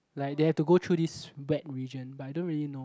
like they have to go through this wet region but I don't really know